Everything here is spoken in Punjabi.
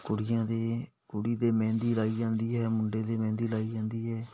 ਕੁੜੀਆਂ ਦੇ ਕੁੜੀ ਦੇ ਮਹਿੰਦੀ ਲਗਾਈ ਜਾਂਦੀ ਹੈ ਮੁੰਡੇ ਦੇ ਮਹਿੰਦੀ ਲਗਾਈ ਜਾਂਦੀ ਹੈ